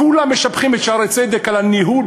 כולם משבחים את "שערי צדק" על הניהול,